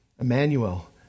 Emmanuel